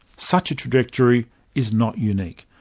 such a trajectory is not unique.